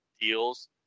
deals